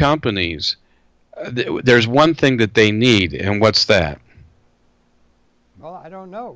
companies there's one thing that they need and what's that oh i don't know